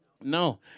No